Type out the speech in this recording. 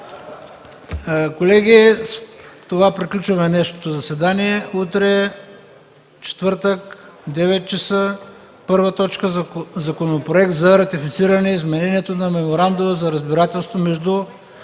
Колеги, с това приключваме днешното заседание. Утре, четвъртък, 9,00 ч. първа точка е Законопроект за ратифициране Изменението на Меморандума за разбирателство между